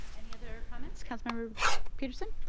any other comments? council member pedersen?